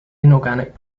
inorganic